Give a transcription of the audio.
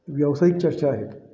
व्यावसायिक चर्चा आहेत